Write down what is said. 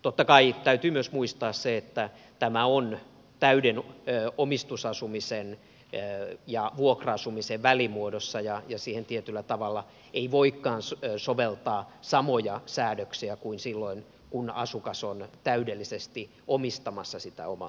totta kai täytyy myös muistaa se että tämä on täyden omistusasumisen ja vuokra asumisen välimuoto ja siihen tietyllä tavalla ei voikaan soveltaa samoja säädöksiä kuin silloin kun asukas on täydellisesti omistamassa omaa asuntoaan